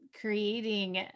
creating